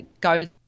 go